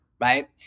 right